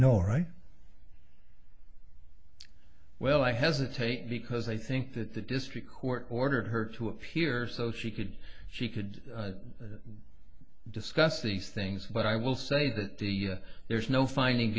no right well i hesitate because i think that the district court ordered her to appear so she could she could discuss these things but i will say that the there's no finding